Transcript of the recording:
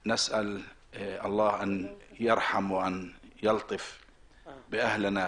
לפני זה צעיר מאום אל פחם ואנחנו כל הזמן מעלים את הנושאים של אלימות,